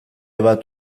bat